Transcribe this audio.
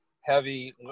heavy